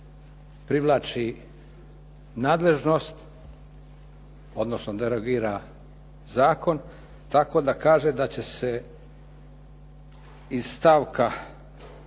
nadležnost, odnosno derogira zakon tako da kaže da će se iz stavka